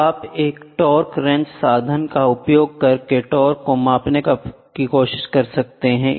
तो आप एक टार्क रिंच साधन का उपयोग करके टार्क को मापने की कोशिश करते हैं